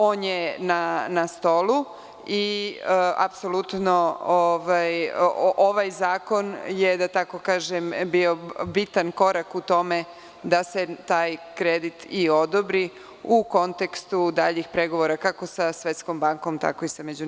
On je na stolu i apsolutno ovaj zakon je bio bitan korak u tome da se taj kredit i odobri u kontekstu daljih pregovora kako sa Svetskom bankom, tako i sa MMF.